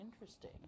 Interesting